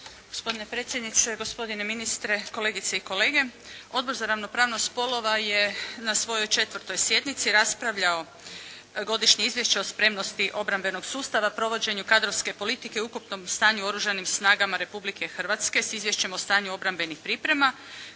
Gospodine predsjedniče, gospodine ministre, kolegice i kolege. Odbor za ravnopravnost spolova je na svojoj 4. sjednici raspravljao Godišnje izvješće o spremnosti obrambenog sustava, provođenju kadrovske politike i ukupnom stanju u Oružanim snagama Republike Hrvatske s izvješćem o stanju obrambenih priprema